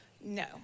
no